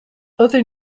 other